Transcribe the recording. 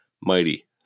mighty